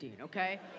okay